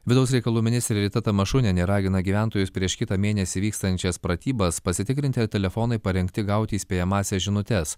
vidaus reikalų ministrė rita tamašunienė ragina gyventojus prieš kitą mėnesį vykstančias pratybas pasitikrinti ar telefonai parengti gauti įspėjamąsias žinutes